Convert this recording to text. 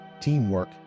teamwork